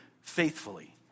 faithfully